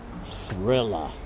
thriller